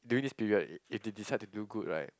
during this period it it decide to good right